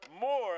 more